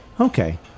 okay